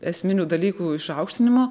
esminių dalykų išaukštinimo